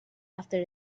after